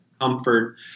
comfort